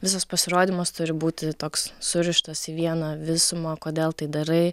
visas pasirodymas turi būti toks surištas į vieną visumą kodėl tai darai